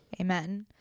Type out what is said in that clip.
Amen